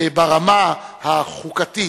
ברמה החוקתית,